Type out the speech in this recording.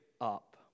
up